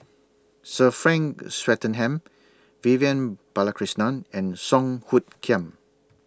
Sir Frank Swettenham Vivian Balakrishnan and Song Hoot Kiam